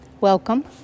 welcome